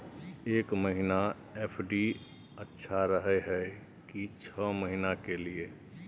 एक महीना एफ.डी अच्छा रहय हय की छः महीना के लिए?